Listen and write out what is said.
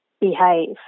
behave